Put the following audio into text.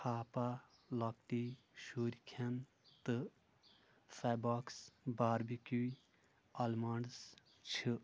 ہاپا لۄکٹی شُرۍ کھیٚن تہٕ فیباکٕس باربِکیٛوٗ آلمنٛڈٕس چھِ